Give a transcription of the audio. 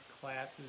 classes